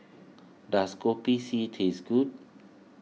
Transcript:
does Kopi C taste good